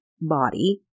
body